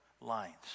lines